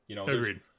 Agreed